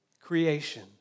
creation